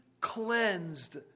cleansed